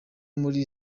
muri